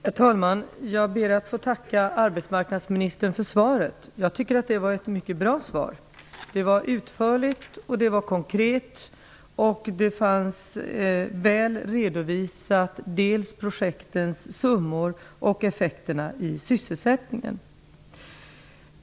Herr talman! Jag ber att få tacka arbetsmarknadsministern för svaret. Det var ett mycket bra svar. Det var utförligt och konkret, och både projektens summor och effekterna på sysselsättningen fanns väl redovisade.